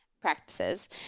practices